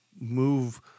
Move